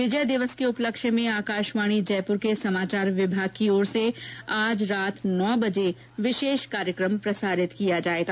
विजय दिवस के उपलक्ष्य में आकाशवाणी जयपुर के समाचार विभाग की ओर से आज रात नौ बजे विशेष कार्यक्रम प्रसारित किया जाएगा